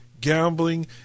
gambling